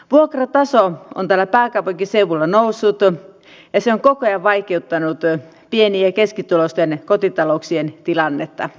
vuokrataso on täällä pääkaupunkiseudulla noussut ja se on koko ajan vaikeuttanut pieni ja keskituloisten kotitalouksien tilannetta